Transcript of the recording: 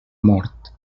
mort